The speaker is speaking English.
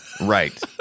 right